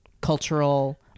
cultural